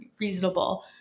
reasonable